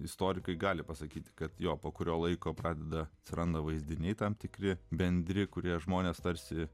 istorikai gali pasakyti kad jo po kurio laiko pradeda atsiranda vaizdiniai tam tikri bendri kurie žmonės tarsi